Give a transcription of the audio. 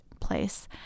place